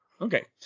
Okay